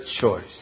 choice